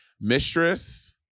Mistress